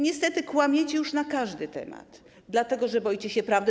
Niestety kłamiecie już na każdy temat, dlatego że boicie się prawdy.